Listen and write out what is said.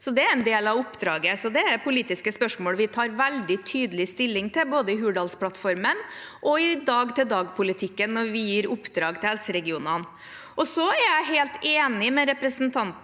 Det er en del av oppdraget, så det er politiske spørsmål vi tar veldig tydelig stilling til, både i Hurdalsplattformen og i dag-til-dag-politikken når vi gir oppdrag til helseregionene. Jeg er helt enig med representanten